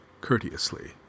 courteously